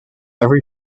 every